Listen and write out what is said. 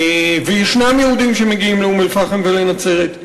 ויש יהודים שמגיעים לאום-אלפחם ולנצרת.